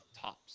tops